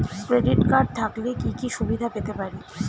Credit card থাকলে কি কি সুবিধা পেতে পারি?